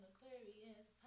Aquarius